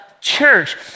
church